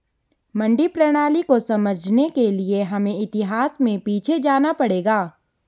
मंडी प्रणाली को समझने के लिए हमें इतिहास में पीछे जाना पड़ेगा